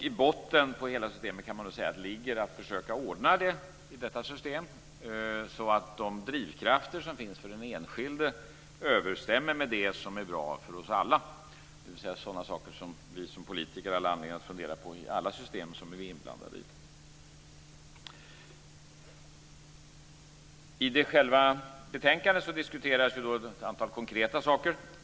I botten på hela systemet ligger att försöka ordna det i detta system så att de drivkrafter som finns för den enskilde överenstämmer med det som är bra för oss alla. Det är sådant som vi politiker har all anledning att fundera på i alla system som vi blir inblandade i. I själva betänkandet diskuteras ett antal konkreta saker.